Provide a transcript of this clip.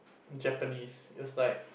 Japanese it was like